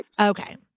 Okay